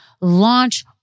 launch